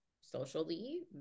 socially